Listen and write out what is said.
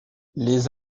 les